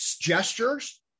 gestures